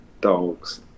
dogs